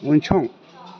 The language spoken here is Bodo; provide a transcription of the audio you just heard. उनसं